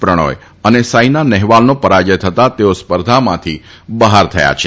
પ્રણોય અને સાઈના નહેવાલનો પરાજય થતાં તેઓ સ્પર્ધામાંથી બહાર થયા છે